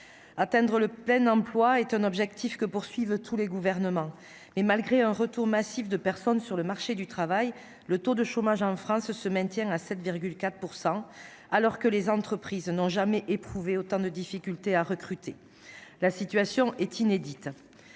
à teindre Le Pen emploi est un objectif que poursuivent tous les gouvernements, mais malgré un retour massif de personnes sur le marché du travail, le taux de chômage en France se maintient à 7 4 % alors que les entreprises n'ont jamais éprouvé autant de difficultés à recruter, la situation est inédite,